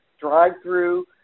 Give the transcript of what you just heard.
drive-through